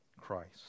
Christ